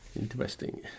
Interesting